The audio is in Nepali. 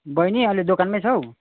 बहिनी अहिले दोकानमै छौ